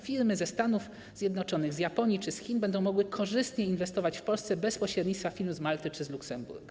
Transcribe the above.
Firmy ze Stanów Zjednoczony, z Japonii czy Chin będą mogły korzystniej inwestować w Polsce bez pośrednictwa firm z Malty czy Luksemburga.